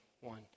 one